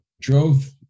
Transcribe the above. drove